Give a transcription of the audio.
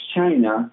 China